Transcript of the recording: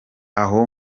aho